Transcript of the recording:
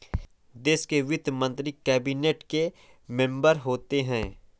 देश के वित्त मंत्री कैबिनेट के मेंबर होते हैं